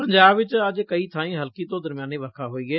ਪੰਜਾਬ ਚ ਅੱਜ ਕਈ ਬਾਈ ਹਲਕੀ ਤੋ ਦਰਮਿਆਨੀ ਵਰਖਾ ਹੋਈ ਏ